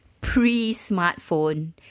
pre-smartphone